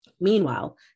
Meanwhile